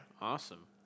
Awesome